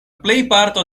plejparto